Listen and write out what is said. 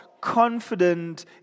confident